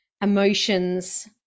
emotions